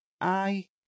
I